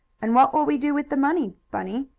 and what will we do with the money, bunny?